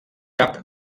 cap